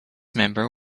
member